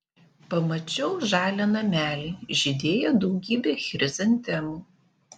pamačiau žalią namelį žydėjo daugybė chrizantemų